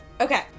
Okay